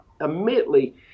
immediately